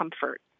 comfort